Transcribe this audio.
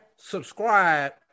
Subscribe